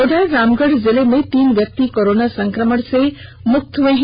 उधर रामगढ़ जिले में तीन व्यक्ति कोरोना संकमण से मुक्त हो गये हैं